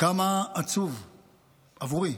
כמה עצוב עבורי,